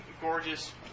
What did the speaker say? gorgeous